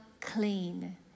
clean